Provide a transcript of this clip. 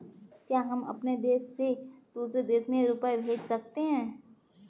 क्या हम अपने देश से दूसरे देश में रुपये भेज सकते हैं?